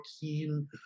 keen